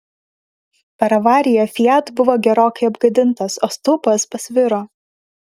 per avariją fiat buvo gerokai apgadintas o stulpas pasviro